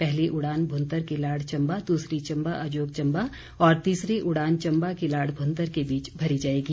पहली उड़ान भुंतर किलाड़ चम्बा दूसरी चम्बा अजोग चम्बा और तीसरी उड़ान चम्बा किलाड़ भुंतर के बीच भरी जाएगी